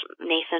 Nathan